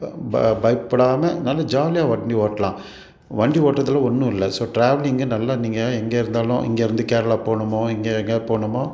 ப பயப்படாமல் நல்ல ஜாலியாக வண்டி ஓட்டலாம் வண்டி ஓட்டுறதுல ஒன்றும் இல்லை ஸோ ட்ராவலிங்கை நல்லா நீங்கள் எங்கே இருந்தாலும் இங்கே இருந்து கேரளா போகணுமோ இங்கே எங்கையாது போகணுமோ